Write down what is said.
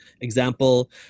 example